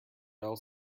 else